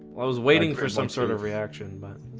i was waiting for some sort of reaction but